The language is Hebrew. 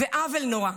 ועוול נורא.